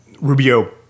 Rubio